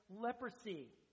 leprosy